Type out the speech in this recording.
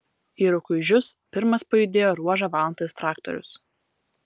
į rukuižius pirmas pajudėjo ruožą valantis traktorius